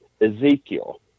Ezekiel